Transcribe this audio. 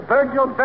Virgil